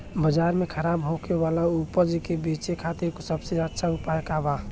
बाजार में खराब होखे वाला उपज के बेचे खातिर सबसे अच्छा उपाय का बा?